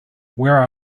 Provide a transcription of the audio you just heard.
where